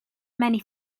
many